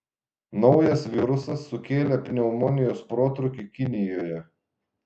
naujas virusas sukėlė pneumonijos protrūkį kinijoje